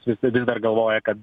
visi vis dar galvoja kad